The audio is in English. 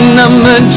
number